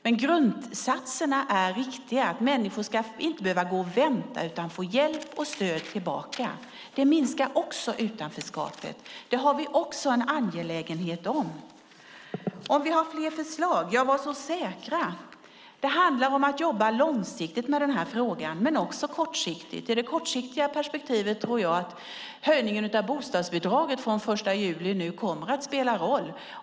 Men grundsatserna är viktiga, att människor inte ska behöva gå och vänta utan få hjälp och stöd tillbaka. Det minskar också utanförskapet, och det är vi angelägna om. Om vi har fler förslag? Ja, var så säkra! Det handlar om att jobba långsiktigt med den här frågan, men också kortsiktigt. I det kortsiktiga perspektivet tror jag att höjningen av bostadsbidraget från den 1 juli kommer att spela roll.